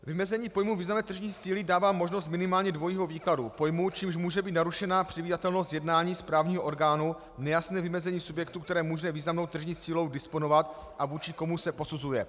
Vymezení pojmu významné tržní síly dává možnost minimálně dvojího výkladu pojmů, čímž může být narušena předvídatelnost jednání správního orgánu, nejasné vymezení subjektu, který může významnou tržní silou disponovat, a vůči komu se posuzuje.